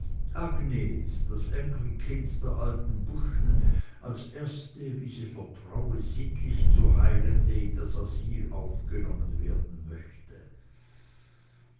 agnes das enkelkind der alten buschen als erste wie sie vertraue sittlich zu heilende in das asyl aufgenommen werden möchte